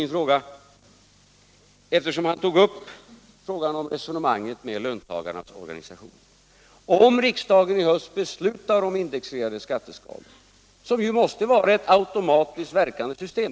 Indexreglerade skatteskalor måste ju vara ett automatiskt verkande system. Det finns bara ett förslag, och skatteutredningen och herr Mundebos borgerliga vänner konstaterar att indexreglering bara kan göras på detta sätt.